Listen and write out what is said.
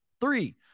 Three